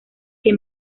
que